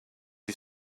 you